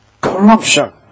Corruption